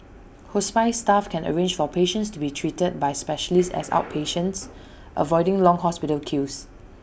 hospice staff can arrange for patients to be treated by specialists as outpatients avoiding long hospital queues